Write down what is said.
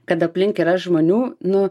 kad aplink yra žmonių nu